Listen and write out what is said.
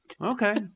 okay